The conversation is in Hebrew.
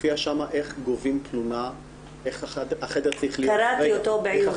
מופיע שם איך גובים תלונה --- קראתי אותו בעיון רב.